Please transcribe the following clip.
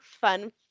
fun